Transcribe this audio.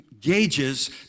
gauges